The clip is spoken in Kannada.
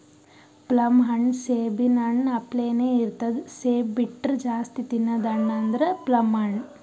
ಪ್ಲಮ್ ಹಣ್ಣ್ ಸೇಬಿನ್ ಹಣ್ಣ ಅಪ್ಲೆನೇ ಇರ್ತದ್ ಸೇಬ್ ಬಿಟ್ರ್ ಜಾಸ್ತಿ ತಿನದ್ ಹಣ್ಣ್ ಅಂದ್ರ ಪ್ಲಮ್ ಹಣ್ಣ್